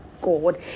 God